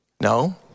No